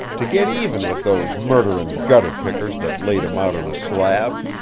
to git even with those murderin' gutter-pickers that laid him out on a slab.